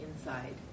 inside